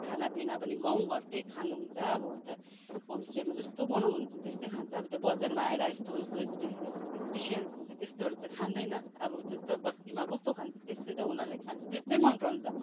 खाना पिना पनि गाउँ घरकै खानु हुन्छ अब उता होम स्टेमा जस्तो बनाउनु हुन्छ त्यस्तै खान्छ अब त्यो बजारमा आएर यस्तो यस्तो स्पिल स्पेसियल यस्तोहरू त खाँदैन अब त्यस्तो बस्तीमा कस्तो खान्छ त्यस्तै त उनीहरूले खान्छ त्यस्तै मन पराउँछ